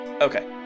Okay